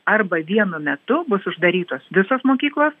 arba vienu metu bus uždarytos visos mokyklos